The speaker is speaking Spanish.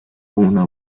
una